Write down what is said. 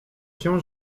się